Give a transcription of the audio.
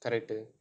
correct